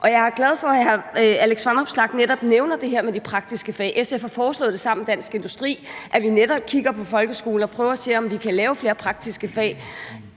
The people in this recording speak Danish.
jeg er glad for, at hr. Alex Vanopslagh netop nævner det her med de praktiske fag. SF har foreslået sammen med Dansk Industri, at vi netop kigger på folkeskolen og prøver at se, om vi kan lave flere praktiske fag.